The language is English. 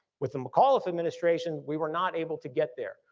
with the mcauliffe administration we were not able to get there.